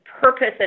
purpose